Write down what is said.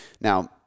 now